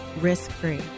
risk-free